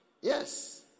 Yes